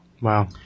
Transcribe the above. Wow